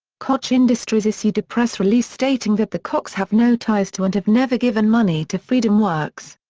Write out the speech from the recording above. koch industries issued a press release stating that the kochs have no ties to and have never given money to freedomworks.